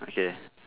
okay